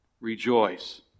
Rejoice